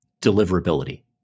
deliverability